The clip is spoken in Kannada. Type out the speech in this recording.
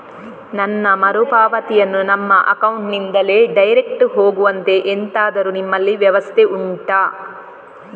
ಸಾಲ ಮರುಪಾವತಿಯನ್ನು ನಮ್ಮ ಅಕೌಂಟ್ ನಿಂದಲೇ ಡೈರೆಕ್ಟ್ ಹೋಗುವಂತೆ ಎಂತಾದರು ನಿಮ್ಮಲ್ಲಿ ವ್ಯವಸ್ಥೆ ಉಂಟಾ